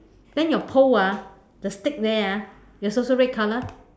then your pole ah the stick there ah is also red color